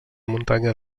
muntanya